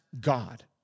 God